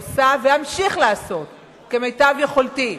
עושה ואמשיך לעשות כמיטב יכולתי.